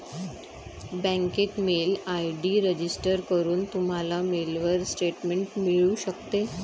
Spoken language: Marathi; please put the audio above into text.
बँकेत मेल आय.डी रजिस्टर करून, तुम्हाला मेलवर स्टेटमेंट मिळू शकते